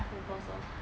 can pause lor